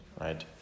right